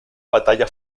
batalla